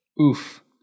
Oof